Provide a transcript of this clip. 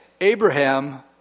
Abraham